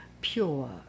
pure